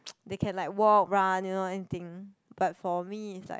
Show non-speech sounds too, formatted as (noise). (noise) they can like walk run you know anything but for me is like